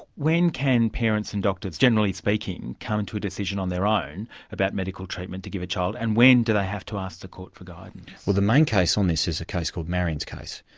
when can parents and doctors, generally speaking, come and to a decision on their own about medical treatment to give a child, and when do they have to ask the court for guidance? well the main case on this is a case called marion's case,